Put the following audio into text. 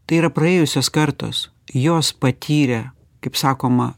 tai yra praėjusios kartos jos patyrė kaip sakoma